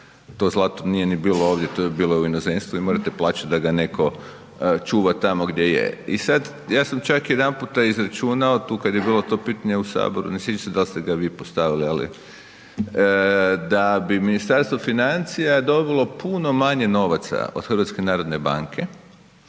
To zlato nije ni bilo ovdje. To je bilo u inozemstvu i morate plaćati da ga netko čuva tamo gdje je. I sada ja sam čak jedanputa izračunao tu kada je bilo to pitanje u Saboru, ne sjećam se da li ste ga vi postavili, ali da bi Ministarstvo financija dobilo puno manje novaca od Hrvatske narodne banke